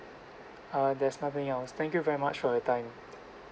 err there's nothing else thank you very much for your time